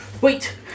Wait